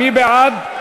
מי בעד?